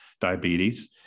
diabetes